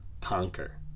conquer